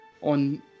on